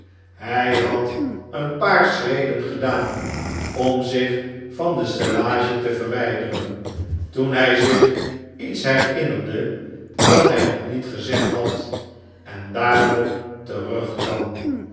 hij had een paar schreden gedaan om zich van de stellage te verwijderen toen hij zich iets herinnerde dat hij nog niet gezegd had en daarom terugkwam